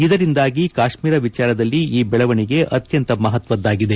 ಇದರಿಂದಾಗಿ ಕಾಶ್ಮೀರ ವಿಚಾರದಲ್ಲಿ ಈ ದೆಳವಣಿಗೆ ಅತ್ಯಂತ ಮಹತ್ವದಾಗಿದೆ